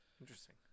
Interesting